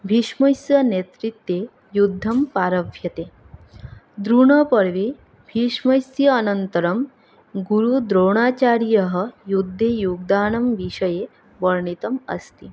भीष्मस्य नेतृत्वे युद्धं प्रारभ्यते द्रोणपर्वे भीष्मस्य अनन्तरं गुरुद्रोणाचार्यः युद्धेयोगदानविषये वर्णितम् अस्ति